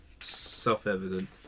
self-evident